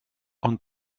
ond